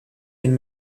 den